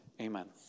Amen